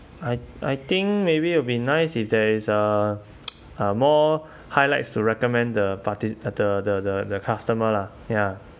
I I think maybe it will be nice if there's uh more highlights to recommend the party the the the the customer lah ya